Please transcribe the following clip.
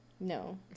No